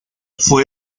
fue